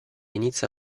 inizia